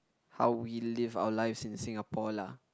how we live our lives in Singapore lah